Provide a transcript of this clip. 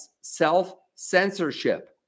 self-censorship